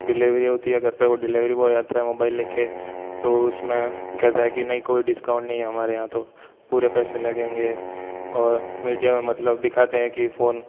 delivery होती है घर पर वो डिलीवरी बॉय आता है मोबाइल लेकर तो उसमें कहता है कि नहीं कोई डिस्काउंट नहीं है हमारे यहाँ तो पूरे पैसे लगेंगे और मीडिया में मतलब दिखाते हैं कि फ़ोन